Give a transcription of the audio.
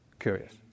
curious